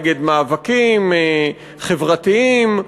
נגד מאבקים חברתיים,